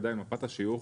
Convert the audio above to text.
עדיין מפת השיוך